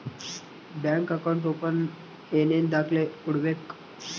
Bank account open ಏನೇನು ದಾಖಲೆ ಕೊಡಬೇಕು?